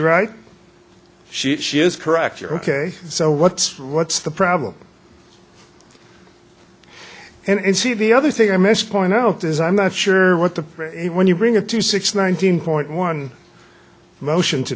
right she she is correct you're ok so what's what's the problem and see the other thing i miss point out is i'm not sure what the when you bring it to six nineteen point one motion to